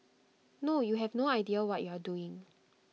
no you have no idea what you are doing